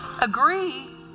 agree